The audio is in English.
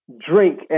drink